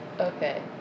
Okay